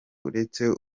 uretse